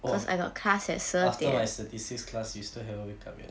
!wah! after my statistics class you still haven't wake up yet